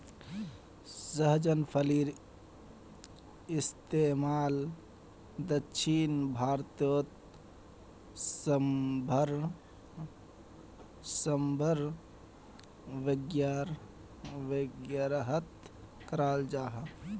सहजन फलिर इस्तेमाल दक्षिण भारतोत साम्भर वागैरहत कराल जहा